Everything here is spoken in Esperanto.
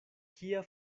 kia